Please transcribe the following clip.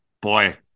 boy